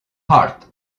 heart